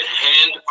hand